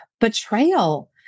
betrayal